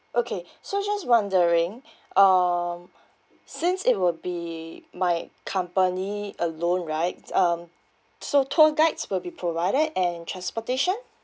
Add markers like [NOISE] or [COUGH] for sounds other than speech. okay so just wondering [BREATH] um since it will be my company alone right um so tour guides will be provided and transportation